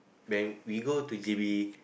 then we go to J_B